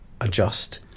adjust